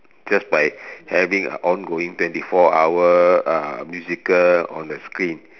just by having a ongoing twenty four hour uh musical on the screen